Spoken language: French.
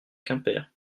quimper